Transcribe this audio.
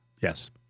Yes